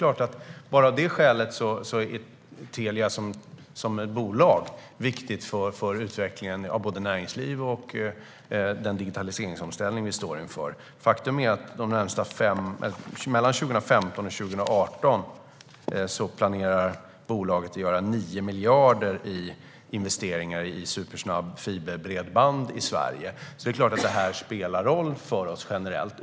Bara av det skälet är Telia som bolag viktigt för utvecklingen av både näringsliv och den digitaliseringsomställning som vi står inför. Faktum är att bolaget planerar att mellan 2015 och 2018 göra investeringar för 9 miljarder i supersnabbt fiberbredband i Sverige. Det är klart att det spelar roll för oss, generellt.